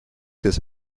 des